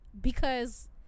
because-